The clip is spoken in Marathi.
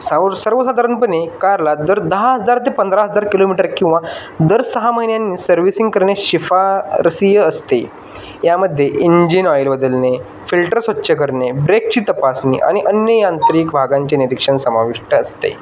सावर सर्वसाधारणपणे कारला दर दहा हजार ते पंधरा हजार किलोमीटर किंवा दर सहा महिन्यांनी सर्व्हिसिंग करणे शिफारसीय असते यामध्ये इंजिन ऑईल बदलणे फिल्टर स्वच्छ करणे ब्रेकची तपासणी आणि अन्य यांत्रिक भागांचे निरीक्षण समाविष्ट असते